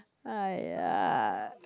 !aiya!